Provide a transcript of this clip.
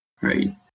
right